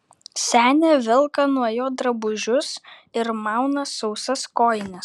senė velka nuo jo drabužius ir mauna sausas kojines